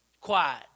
quiet